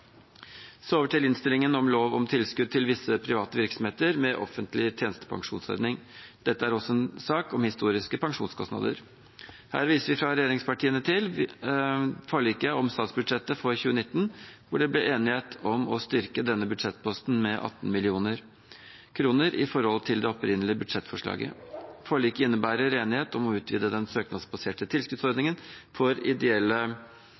Så over til innstillingen om lov om tilskudd til visse private virksomheter med offentlig tjenestepensjonsordning: Dette er også en sak om historiske pensjonskostnader. Her viser vi fra regjeringspartiene til forliket om statsbudsjettet for 2019, der det ble enighet om å styrke denne budsjettposten med 18 mill. kr i forhold til det opprinnelige budsjettforslaget. Forliket innebærer enighet om å utvide den søknadsbaserte tilskuddsordningen for ideelle